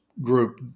group